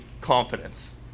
confidence